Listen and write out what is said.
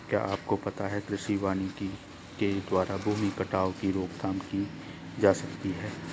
क्या आपको पता है कृषि वानिकी के द्वारा भूमि कटाव की रोकथाम की जा सकती है?